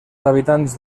habitants